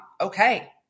okay